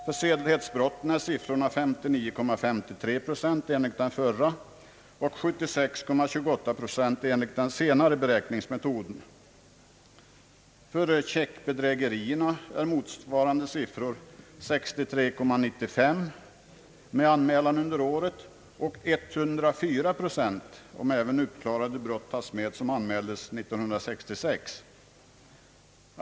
För checkbedrägerierna är motsvarande siffror 63,95 procent om hänsyn tas till anmälan under året och 104 procent om även uppklarade brott som anmäldes år 1966 tas med.